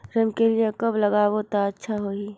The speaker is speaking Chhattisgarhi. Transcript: रमकेलिया कब लगाबो ता अच्छा होही?